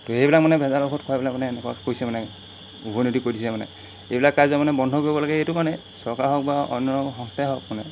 তো সেইবিলাক মানে ভেজাল ঔষধ খুৱাই পেলাই মানে এনেকুৱা কৰিছে মানে উভৈনদী কৰি দিছে মানে এইবিলাক কাৰ্য মানে বন্ধ কৰিব লাগে এইটো কাৰণেই চৰকাৰৰ হওক বা অন্য সংস্থাই হওক মানে